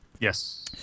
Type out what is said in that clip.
Yes